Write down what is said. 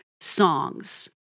songs